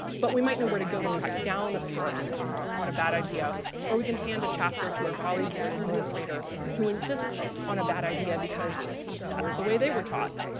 but we might know where to go to track down a source ah on a bad idea or we can hand a chapter to a colleague or an administrator who insists on a bad idea, because that's the way they were taught.